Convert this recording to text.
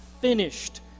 finished